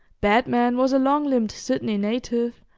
batman was a long-limbed sydney native,